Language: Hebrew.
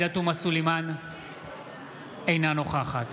אינה נוכחת